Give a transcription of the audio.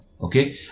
Okay